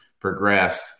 progressed